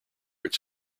its